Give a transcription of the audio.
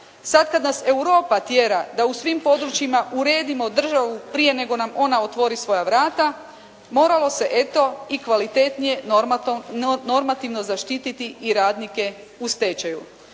sad kad nas Europa tjera da u svim područjima uredimo državu prije nego nam ona otvori svoja vrata moralo se, eto i kvalitetnije normativno zaštiti i radnike u stečaju